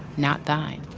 not thine